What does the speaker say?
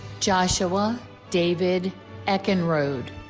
joshua david eckenrode